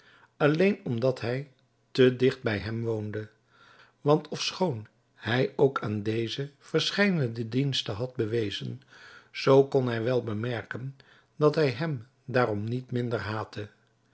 alleen omdat hij te digt bij hem woonde want ofschoon hij ook aan dezen verscheidene diensten had bewezen zoo kon hij wel bemerken dat hij hem daarom niet minder haatte